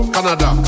Canada